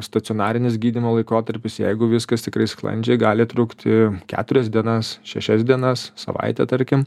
stacionarinis gydymo laikotarpis jeigu viskas tikrai sklandžiai gali trukti keturias dienas šešias dienas savaitę tarkim